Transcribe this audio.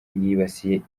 yibasiye